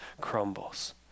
crumbles